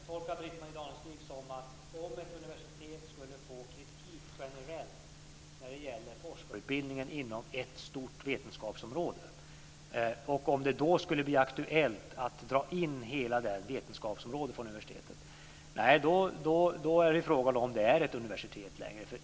Herr talman! Jag tolkar Britt-Marie Danestig så att hon undrar kring ett universitet som får kritik generellt när det gäller forskarutbildningen inom ett stort vetenskapsområde och om det då skulle bli aktuellt att dra in hela det vetenskapsområdet från universitetet. Nej, då är frågan om det är ett universitet längre.